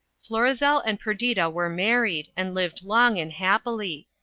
florizel and perdita were married, and lived long and happily.